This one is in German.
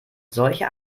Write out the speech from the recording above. solche